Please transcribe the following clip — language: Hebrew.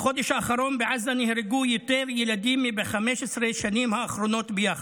בחודש האחרון בעזה נהרגו יותר ילדים מב-15 השנים האחרונות ביחד.